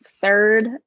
third